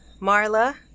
Marla